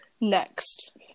Next